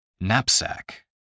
Knapsack